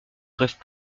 rêvent